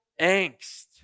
angst